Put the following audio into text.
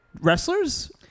wrestlers